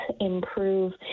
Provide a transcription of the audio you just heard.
improve